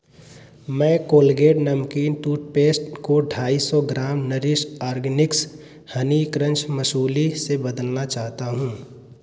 मैं कोलगेट नमकीन टूथपेस्ट को ढाई सौ gram nourish organics honey crunch muesli से बदलना चाहता हूँ